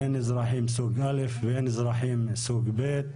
אין אזרחים סוג א' ואין אזרחים סוג ב',